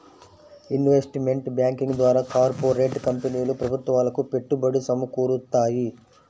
investment banking ద్వారా corporate కంపెనీలు ప్రభుత్వాలకు పెట్టుబడి సమకూరుత్తాయి